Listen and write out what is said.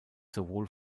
sowohl